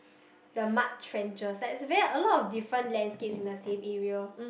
the mud trenchers like it's ver~ a lot of different landscapes in the same area